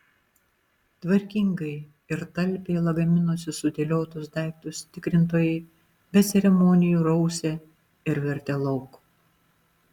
tvarkingai ir talpiai lagaminuose sudėliotus daiktus tikrintojai be ceremonijų rausė ir vertė lauk